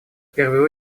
первую